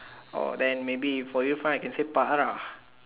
oh then maybe for you fine I can say Farah